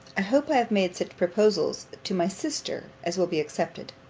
i hope i have made such proposals to my sister as will be accepted.